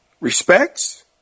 respects